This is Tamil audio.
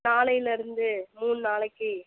நாளைலேருந்து மூணு நாளைக்கு